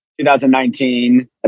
2019